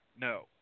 no